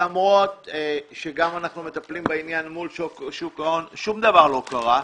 ולמרות שאנחנו מטפלים בעניין מול שוק ההון שום דבר לא קרה.